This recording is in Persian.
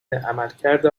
عملکرد